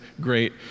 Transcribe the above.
great